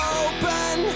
open